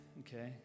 okay